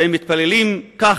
והם מתפללים כך: